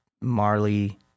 Marley